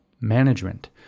management